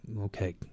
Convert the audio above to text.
Okay